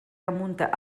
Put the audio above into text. remunta